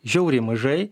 žiauriai mažai